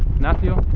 not yet,